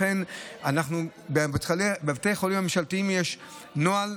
לכן בבתי חולים הממשלתיים יש נוהל,